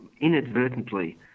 inadvertently